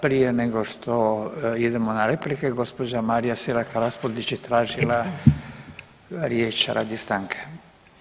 Prije nego što idemo na replike, gđa. Marija Selak Raspudić je tražila riječ radi stanke.